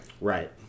Right